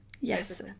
Yes